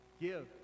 Give